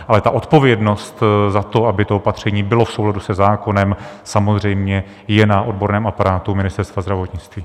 Ale odpovědnost za to, aby to opatření bylo v souladu se zákonem, je samozřejmě na odborném aparátu Ministerstva zdravotnictví.